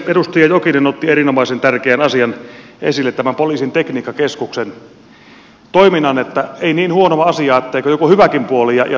edustaja jokinen otti erinomaisen tärkeän asian esille tämän poliisin tekniikkakeskuksen toiminnan ei niin huonoa asiaa etteikö joku hyväkin puoli